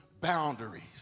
boundaries